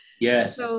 yes